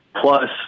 plus